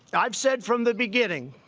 i've said from the beginning,